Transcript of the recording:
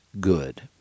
good